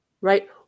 right